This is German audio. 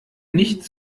nicht